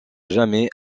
jamais